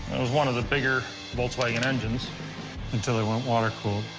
it was one of the bigger volkswagen engines until they went water-cooled.